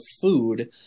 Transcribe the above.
food